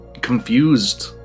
confused